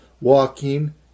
walking